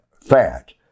fat